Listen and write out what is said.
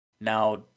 Now